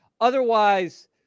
otherwise